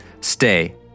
stay